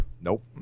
Nope